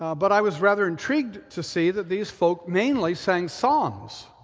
but i was rather intrigued to see that these folk mainly sang psalms.